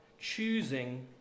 choosing